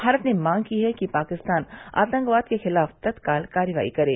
भारत ने मांग की है पाकिस्तान आतंकवाद के खिलाफ तत्काल कार्रवाई करे